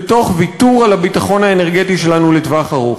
ותוך ויתור על הביטחון האנרגטי שלנו לטווח ארוך.